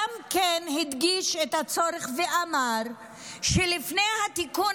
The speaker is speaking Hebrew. גם הדגיש את הצורך ואמר שלפני התיקון